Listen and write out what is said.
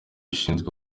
ushinzwe